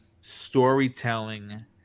storytelling